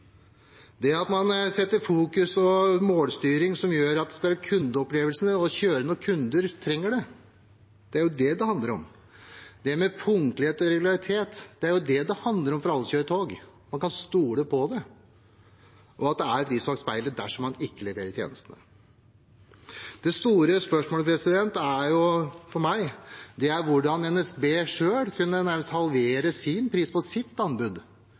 jo derfor man skal kjøre tog. Det er jo kundene det handler om; det er fokus og målstyring som gjør at det skal være kundeopplevelsene og det å kjøre når kunder trenger det, det handler om. Punktlighet og regularitet, det er jo det det handler om for alle som kjører tog, at man kan stole på det, og det skal være et ris bak speilet dersom man ikke leverer tjenestene. Det store spørsmålet for meg er hvordan NSB selv nærmest kunne halvere prisen på sitt anbud.